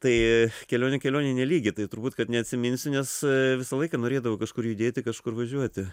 tai kelionė kelionei nelygi tai turbūt kad neatsiminsiu nes visą laiką norėdavau kažkur judėti kažkur važiuoti